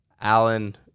Alan